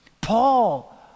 Paul